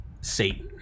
Satan